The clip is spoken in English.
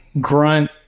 grunt